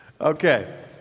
Okay